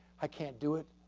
i can't do it.